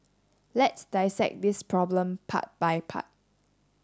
let's dissect this problem part by part